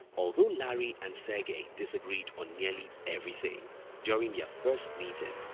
although larry and sergey disagreed on nearly everything during their first meeting,